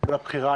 על הבחירה.